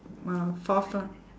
uh fourth lah